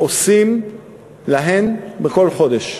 עושים להן בכל חודש.